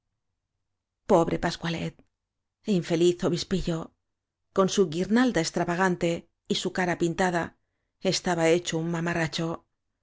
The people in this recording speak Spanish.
pobre pascualet infeliz obispillo con su guirnalda extravagante y su cara pinta da estaba hecho un mamarracho